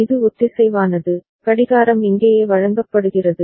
இது ஒத்திசைவானது கடிகாரம் இங்கேயே வழங்கப்படுகிறது